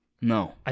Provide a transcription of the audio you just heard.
No